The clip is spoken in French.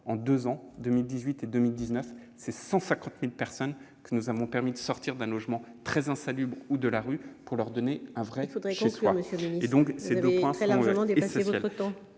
en deux ans, 2018 et 2019, ce sont 150 000 personnes que nous avons sorties d'un logement très insalubre ou de la rue pour leur donner un vrai « chez-soi ». Il faut conclure, monsieur le ministre. Vous avez très largement dépassé votre temps